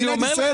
אני מצליח.